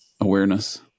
awareness